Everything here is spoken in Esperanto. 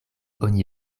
oni